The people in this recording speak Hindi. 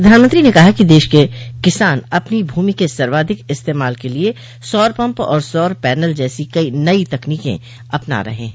प्रधानमंत्री ने कहा कि देश के किसान अपनी भूमि के सर्वाधिक इस्तेमाल के लिए सौर पम्प और सौर पैनल जैसी नई तकनीकें अपना रहे हैं